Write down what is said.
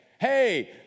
Hey